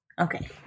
Okay